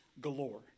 galore